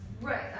Right